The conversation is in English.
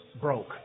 broke